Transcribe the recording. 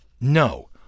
no